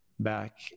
Back